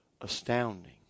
astounding